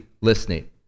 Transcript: listening